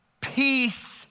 peace